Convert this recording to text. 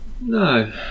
No